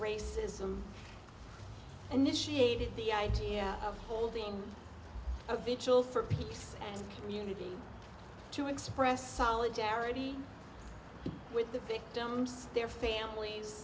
racism initiated the idea of holding a vigil for peace and community to express solidarity with the victims their families